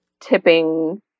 tipping